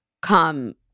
come